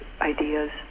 ideas